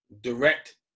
direct